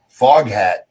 Foghat